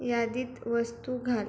यादीत वस्तू घाल